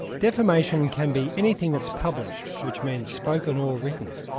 defamation can be anything that's published, which means spoken or written,